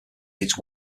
its